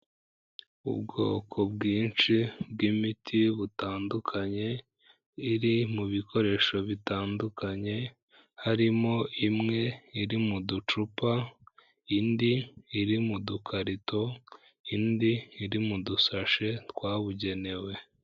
Ubwoko bwinshi bw'imiti butandukanye, iri mu bikoresho bitandukanye, harimo imwe iri mu ducupa, indi iri mu dukarito, indi iri mu dusashe twabugenewe.